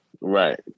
Right